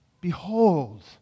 Behold